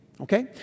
Okay